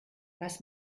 was